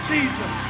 Jesus